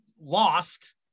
lost